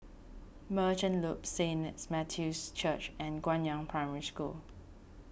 Merchant Loop Saint Matthew's Church and Guangyang Primary School